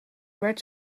werd